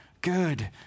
good